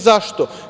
Zašto?